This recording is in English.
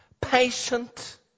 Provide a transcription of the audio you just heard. patient